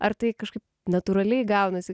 ar tai kažkaip natūraliai gaunasi